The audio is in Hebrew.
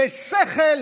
בשכל,